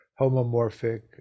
homomorphic